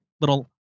little